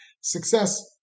success